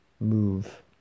move